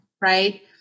right